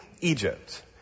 Egypt